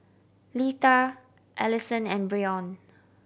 Litha Alison and Brion